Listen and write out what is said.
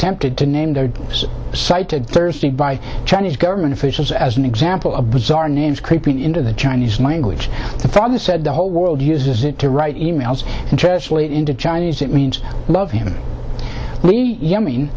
tempted to name their most cited thursday by chinese government officials as an example of bizarre names creeping into the chinese language the father said the whole world uses it to write emails and translate into chinese it means love him we